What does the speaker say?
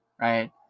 right